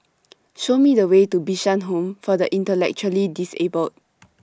Show Me The Way to Bishan Home For The Intellectually Disabled